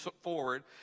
forward